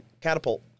catapult